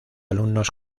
alumnos